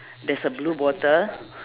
there's a blue bottle